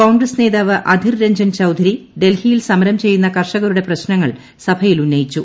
കോൺഗ്രസ് നേതാവ് അധിർ രഞ്ജൻ ചൌധരി ഡൽഹിയിൽ സമരം ചെയ്യുന്ന കർഷകരുടെ പ്രശ്നങ്ങൾ സഭയിൽ ഉന്നയിച്ചു